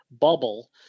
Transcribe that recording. bubble